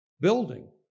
building